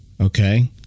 Okay